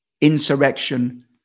insurrection